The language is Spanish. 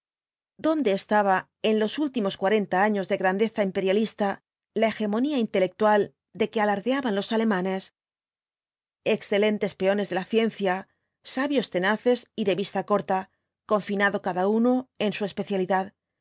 dónde estaba en los últimos cuarenta años de grandeza imperialista la hegemonía intelectual de que alardeaban los alemanes excelentes peones de la ciencia sabios tenaces y de vista corta continado cada uno en su especialidad